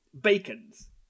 bacons